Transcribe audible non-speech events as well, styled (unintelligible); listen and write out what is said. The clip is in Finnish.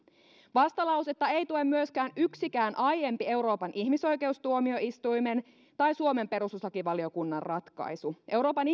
vastalausetta ei tue myöskään yksikään aiempi euroopan ihmisoikeustuomioistuimen tai suomen perustuslakivaliokunnan ratkaisu euroopan (unintelligible)